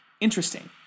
interesting